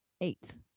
eight